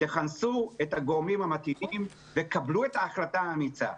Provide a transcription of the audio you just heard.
כנסו את הגורמים המתאימים וקבלו את ההחלטה האמיצה.